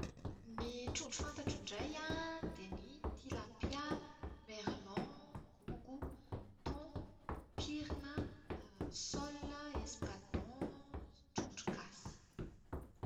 Ny trondro fantatro indray an dia ny tilapia, merlan, gogo, thon, pirina, sole, espadon, trondro gasy.